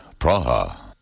Praha